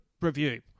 review